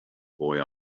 boy